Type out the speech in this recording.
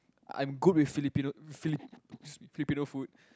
I'm good with Filipino fili~ Filipino food